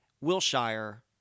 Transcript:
Wilshire